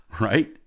right